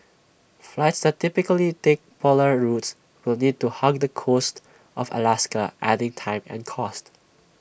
flights that typically take polar routes will need to hug the coast of Alaska adding time and cost